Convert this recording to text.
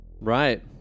Right